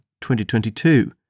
2022